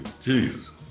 Jesus